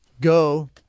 go